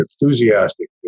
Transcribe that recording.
enthusiastic